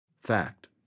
Fact